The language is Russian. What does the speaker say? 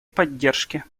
поддержки